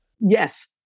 Yes